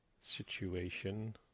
situation